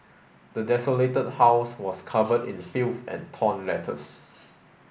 the desolated house was covered in filth and torn letters